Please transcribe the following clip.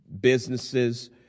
businesses